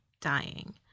dying